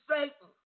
Satan